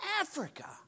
Africa